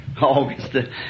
August